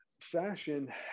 fashion